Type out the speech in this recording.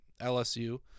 LSU